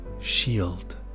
shield